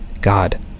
god